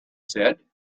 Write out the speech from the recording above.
said